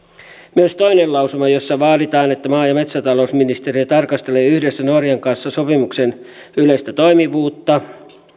myös toinen lausuma jossa vaaditaan että maa ja metsätalousministeriö tarkastelee yhdessä norjan kanssa sopimuksen yleistä toimivuutta